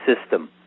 system